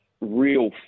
real